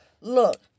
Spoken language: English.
Look